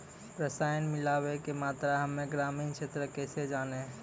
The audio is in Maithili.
रसायन मिलाबै के मात्रा हम्मे ग्रामीण क्षेत्रक कैसे जानै?